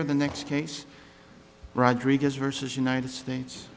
the next case rodriguez versus united states